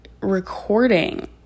recording